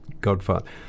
Godfather